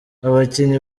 abakinnyi